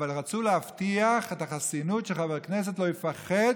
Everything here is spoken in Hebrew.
אבל רצו להבטיח את החסינות, שחבר כנסת לא יפחד